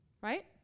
right